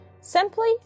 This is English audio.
simply